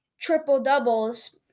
triple-doubles